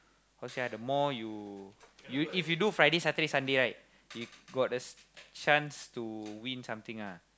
how say ah the more you you if you do Friday Saturday Sunday right you got the c~ chance to win something ah